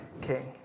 king